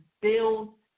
build